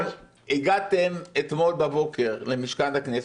הגעתם אתמול בבוקר למשכן הכנסת,